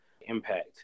impact